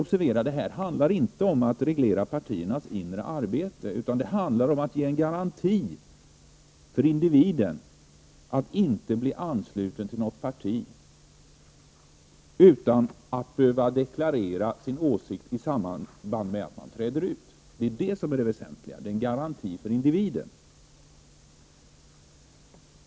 Observera att det här inte handlar om att reglera partiernas inre arbete utan att det handlar om att ge en garanti för individen att inte bli ansluten till något parti och att inte behöva deklarera sin åsikt i samband med att man begär utträde. Detta är det väsentliga -- en garanti för individen.